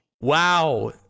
Wow